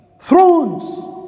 thrones